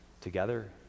together